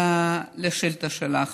לשאילתה שלך,